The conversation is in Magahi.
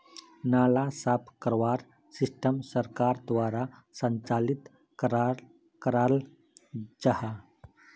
नाला साफ करवार सिस्टम सरकार द्वारा संचालित कराल जहा?